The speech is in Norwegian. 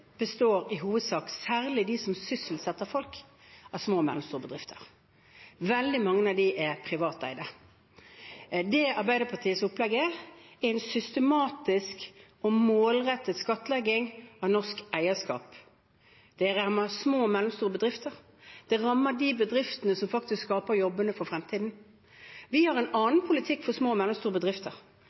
består i hovedsak, særlig det som sysselsetter folk, av små og mellomstore bedrifter. Veldig mange av dem er privateide. Arbeiderpartiets opplegg er en systematisk og målrettet skattlegging av norsk eierskap. Det rammer små og mellomstore bedrifter. Det rammer de bedriftene som faktisk skaper jobbene for fremtiden. Vi har en annen politikk for små og mellomstore bedrifter.